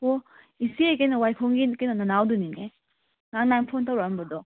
ꯑꯣ ꯏꯆꯦ ꯀꯩꯅꯣ ꯋꯥꯏꯈꯣꯡꯒꯤ ꯀꯩꯅꯣ ꯅꯅꯥꯎꯗꯨꯅꯤꯅꯦ ꯉꯔꯥꯡ ꯅꯍꯥꯟ ꯐꯣꯟ ꯇꯧꯔꯛꯑꯝꯕꯗꯣ